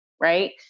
right